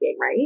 right